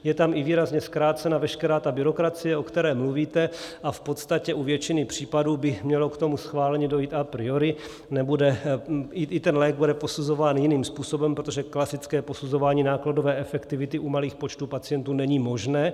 Je tam i výrazně zkrácena veškerá ta byrokracie, o které mluvíte, a v podstatě u většiny případů by mělo ke schválení dojít a priori, i ten lék bude posuzován jiným způsobem, protože klasické posuzování nákladové efektivity u malých počtů pacientů není možné.